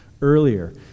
earlier